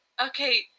Okay